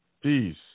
Peace